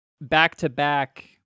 back-to-back